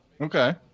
Okay